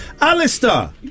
Alistair